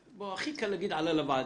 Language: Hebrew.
הכי קל לומר שזה עלה לוועדה.